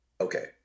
Okay